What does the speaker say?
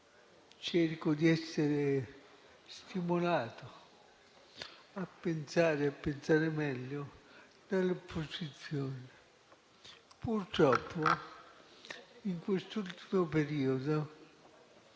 cerco di essere stimolato a pensare e a pensare meglio dall'opposizione. Purtroppo, in quest'ultimo periodo